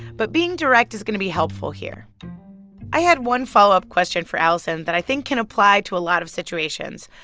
but being direct is going to be helpful here i had one follow-up question for alison that i think can apply to a lot of situations.